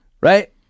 Right